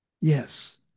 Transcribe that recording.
Yes